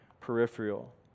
peripheral